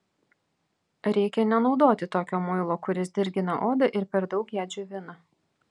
reikia nenaudoti tokio muilo kuris dirgina odą ir per daug ją džiovina